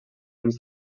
uns